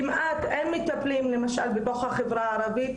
כמעט אין מטפלים בתוך החברה הערבית,